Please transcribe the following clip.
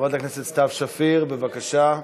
חברת הכנסת סתיו שפיר, בבקשה.